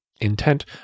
intent